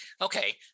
Okay